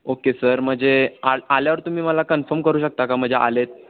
okay sir म्हणजे आ आल्यावर तुम्ही मला कन्फम करू शकता का म्हणजे आले आहेत